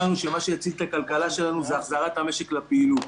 שמה שיציל את הכלכלה שלנו זה החזרת המשק לפעילות.